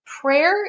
Prayer